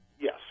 Yes